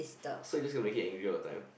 so you just gonna make him angry all the time